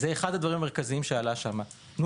וזה אחד הדברים המרכזיים שעלה שם: תנו